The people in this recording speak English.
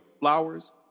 Flowers